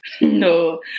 No